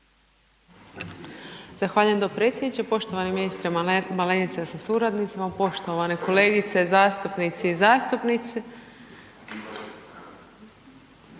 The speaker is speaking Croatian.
Zahvaljujem dopredsjedniče. Poštovani ministre Malenica sa suradnicima, poštovane kolegice zastupnice i zastupnici,